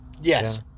yes